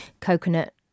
coconut